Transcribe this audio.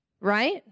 right